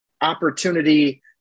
opportunity